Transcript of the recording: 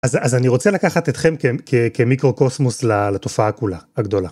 אז אני רוצה לקחת אתכם כמיקרו-קוסמוס לתופעה כולה, הגדולה.